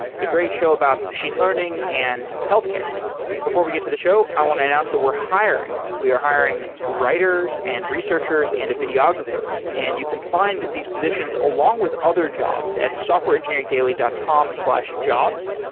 it's a great show about machine learning and healthcare before we get to the show, i want to announce that we're hiring. we are hiring writers and researchers and a videographer. and you can find these positions along with other jobs at softwareengineeringdaily dot com slash jobs.